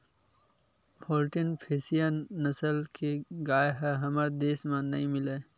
Holstein Friesian नसल के गाय ह हमर देस म नइ मिलय